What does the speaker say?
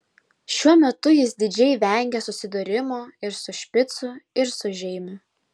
šiuo metu jis didžiai vengė susidūrimo ir su špicu ir su žeimiu